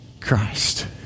Christ